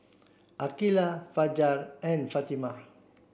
Aqeelah Fajar and Fatimah